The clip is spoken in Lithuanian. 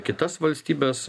kitas valstybes